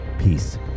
Peace